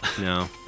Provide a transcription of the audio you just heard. No